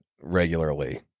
regularly